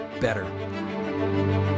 better